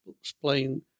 explain